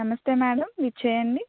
నమస్తే మేడం విచ్చేయండి